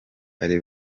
ari